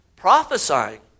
Prophesying